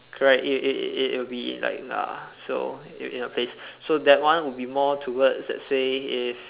correct it it it it will be like nah so in a in a place so that one will be more towards let's say if